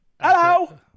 Hello